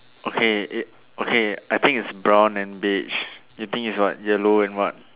okay it okay I think it's brown and beach you think is what yellow and what